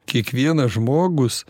kiekvienas žmogus